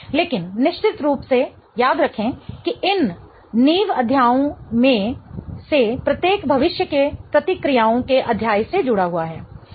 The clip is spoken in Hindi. लेकिन निश्चित रूप से याद रखें कि इन नींव अध्यायों में से प्रत्येक भविष्य के प्रतिक्रियाओं के अध्याय से जुड़ा हुआ है